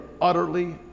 utterly